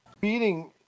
beating